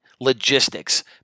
logistics